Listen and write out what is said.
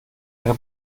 ihre